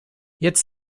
jetzt